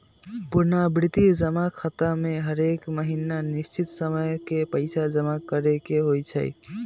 पुरनावृति जमा खता में हरेक महीन्ना निश्चित समय के पइसा जमा करेके होइ छै